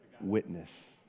Witness